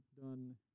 done